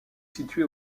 situé